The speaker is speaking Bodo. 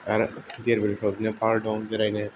आरो दिरबिलफ्राव बिदिनो पाहार दं बेरायनो